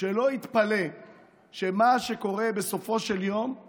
שלא יתפלא שמה שקורה בסופו של יום הוא